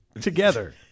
together